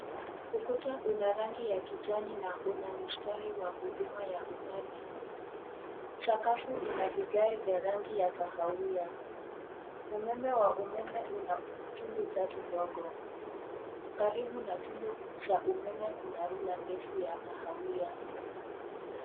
Ukuta Una rangi ya kijani na kuna mistari wa huduma ya umeme, sakafu ina vigae vya rangi ya kahawia. Umeme wa umeme Una tundu tatu ndogo, karibu na tundo za umeme kuna rula ndefu ya kahawia.